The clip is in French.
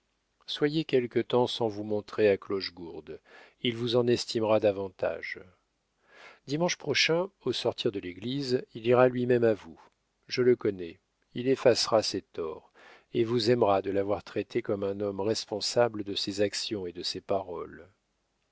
soyez quelque temps sans vous montrer à clochegourde il vous en estimera davantage dimanche prochain au sortir de l'église il ira lui-même à vous je le connais il effacera ses torts et vous aimera de l'avoir traité comme un homme responsable de ses actions et de ses paroles